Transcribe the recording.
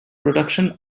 production